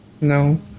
No